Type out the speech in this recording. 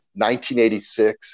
1986